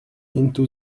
into